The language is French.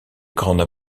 grande